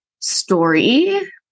story